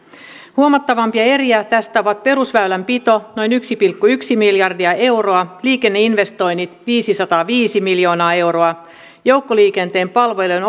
huomattavampia eriä tästä ovat perusväylänpito noin yksi pilkku yksi miljardia euroa liikenneinvestoinnit viisisataaviisi miljoonaa euroa joukkoliikenteen palvelujen